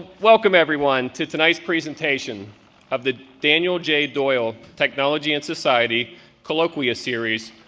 welcome everyone to tonight's presentation of the daniel j doyle technology and society colloquia series,